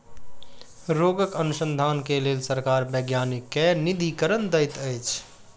रोगक अनुसन्धान के लेल सरकार वैज्ञानिक के निधिकरण दैत अछि